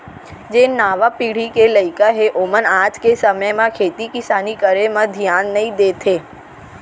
जेन नावा पीढ़ी के लइका हें ओमन आज के समे म खेती किसानी करे म धियान नइ देत हें